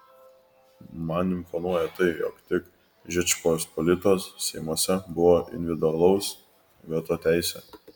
man imponuoja tai jog tik žečpospolitos seimuose buvo individualaus veto teisė